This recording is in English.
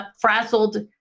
frazzled